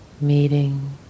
Meeting